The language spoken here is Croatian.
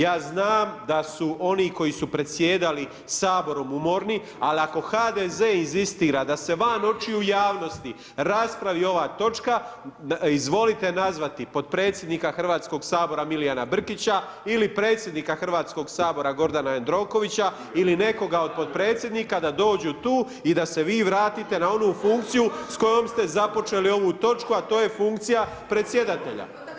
Ja znam da su oni koji su predsjedali saborom umorni, ali ako HDZ inzistira, da se van očiju javnosti, raspravi ova točka, izvolite nazvati potpredsjednika Hrvatskog sabora Milijana Brkića ili predsjednika Hrvatskog sabora Gordana Jandrokovića ili nekoga od potpredsjednika da dođu tu i da se vi vratite na onu funkciju s kojom ste započeli ovu točku a to je funkcija predsjedatelja.